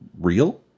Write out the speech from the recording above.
real